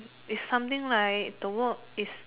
is something like the work is